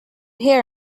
hear